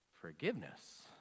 forgiveness